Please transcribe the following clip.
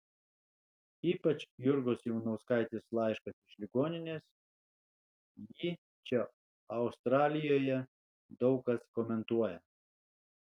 ypač jurgos ivanauskaitės laiškas iš ligoninės jį čia australijoje daug kas komentuoja